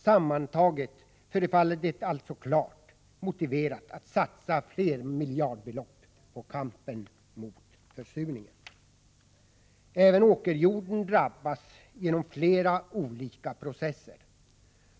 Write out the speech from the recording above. Sammantaget förefaller det alltså klart motiverat att satsa flermiljardbelopp på kampen mot försurningen. Även åkerjorden drabbas genom flera olika processer.